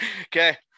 Okay